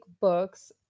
books